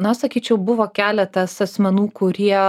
na sakyčiau buvo keletas asmenų kurie